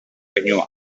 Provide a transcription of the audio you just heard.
keinua